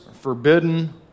forbidden